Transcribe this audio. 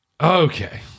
Okay